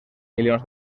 milions